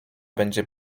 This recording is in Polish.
będzie